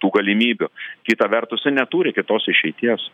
tų galimybių kita vertus jie neturi kitos išeities